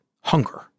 hunger